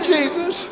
Jesus